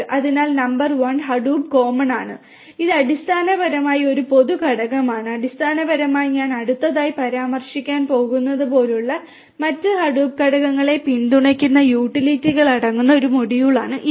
അതിനാൽ number one Hadoop common ആണ് ഇത് അടിസ്ഥാനപരമായി ഒരു പൊതു ഘടകമാണ് അടിസ്ഥാനപരമായി ഞാൻ അടുത്തതായി പരാമർശിക്കാൻ പോകുന്നതുപോലുള്ള മറ്റ് ഹഡൂപ്പ് ഘടകങ്ങളെ പിന്തുണയ്ക്കുന്ന യൂട്ടിലിറ്റികൾ അടങ്ങുന്ന ഒരു മൊഡ്യൂളാണ് ഇത്